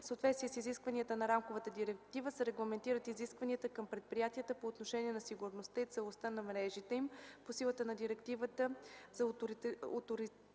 съответствие с изискванията на Рамковата директива се регламентират изискванията към предприятията по отношение на сигурността и целостта на мрежите им. Въз основа на гореизложеното